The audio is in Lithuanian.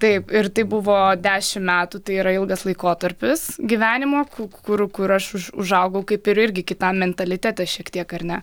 taip ir tai buvo dešimt metų tai yra ilgas laikotarpis gyvenimo ku kur kur aš užaugau kaip ir irgi kitam mentalitete šiek tiek ar ne